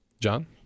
John